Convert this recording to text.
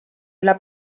üle